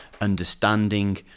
understanding